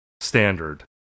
standard